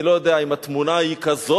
אני לא יודע אם התמונה היא כזאת